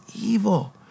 evil